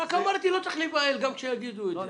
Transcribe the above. רק אמרתי שלא צריך להיבהל גם כשיגידו את זה.